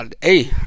hey